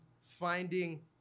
finding